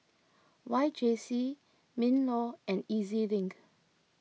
Y J C MinLaw and E Z Link